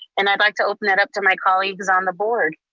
and i'd like to open that up to my colleagues on the board.